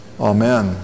Amen